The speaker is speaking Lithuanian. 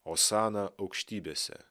osana aukštybėse